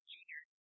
Junior